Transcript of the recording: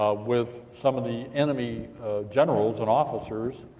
ah with some of the enemy generals, and officers.